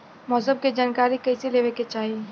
मौसम के जानकारी कईसे लेवे के चाही?